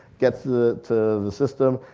gets ah to the system,